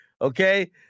Okay